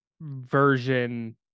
version